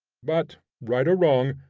but, right or wrong,